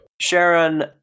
Sharon